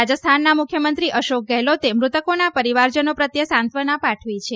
રાજસ્થાના મુખ્યમંત્રી અશોક ગેહલોતે મૃતકોના પરિવારજનો પ્રત્યે સાંત્વના પાઠવી છે